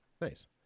nice